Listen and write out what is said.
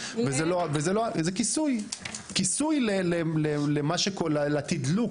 כיסוי לתדלוק,